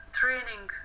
training